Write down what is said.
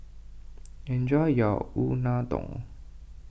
enjoy your Unadon